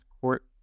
court